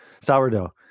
sourdough